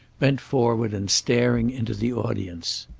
bent forward and staring into the audience.